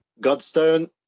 Godstone